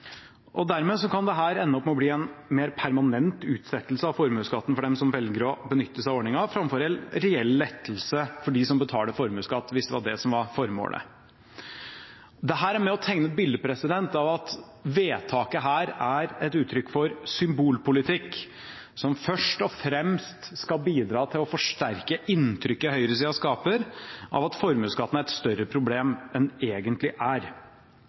ende opp med å bli en mer permanent utsettelse av formuesskatten for dem som velger å benytte seg av ordningen, framfor en reell lettelse for dem som betaler formuesskatt, hvis det var det som var formålet. Dette er med på å tegne et bilde av at vedtaket her er et uttrykk for symbolpolitikk som først og fremst skal bidra til å forsterke inntrykket høyresida skaper av at formuesskatten er et større problem enn den egentlig er.